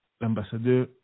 l'ambassadeur